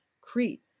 Crete